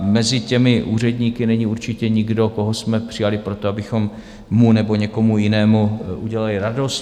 Mezi těmi úředníky není určitě nikdo, koho jsme přijali proto, abychom mu nebo někomu jinému udělali radost.